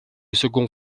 second